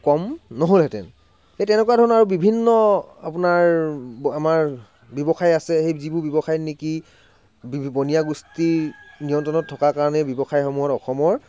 কম নহ'লহেঁতেন সেই তেনেকুৱা ধৰণৰ আৰু বিভিন্ন আপোনাৰ আমাৰ ব্যৱসায় আছে সেই যিবোৰ ব্যৱসায়ত নেকি বনিয়া গোষ্ঠীৰ নিয়ন্ত্ৰণত থকা কাৰণে ব্যৱসায়সমূহত অসমৰ